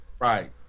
right